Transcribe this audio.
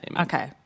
Okay